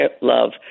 love